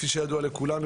כפי שידוע לכולנו,